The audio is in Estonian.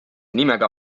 nimega